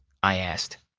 i asked.